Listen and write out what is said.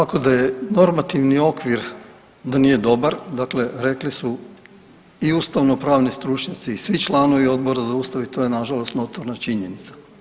Ovako da je normativni okvir da nije dobar, dakle rekli su i ustavno-pravni stručnjaci i svi članovi Odbora za Ustav i to je na žalost notorna činjenica.